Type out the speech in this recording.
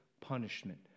punishment